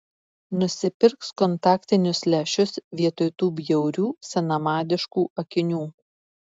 nusipirks kontaktinius lęšius vietoj tų bjaurių senamadiškų akinių